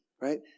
Right